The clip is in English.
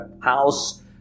house